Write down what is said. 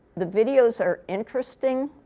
the videos are interesting,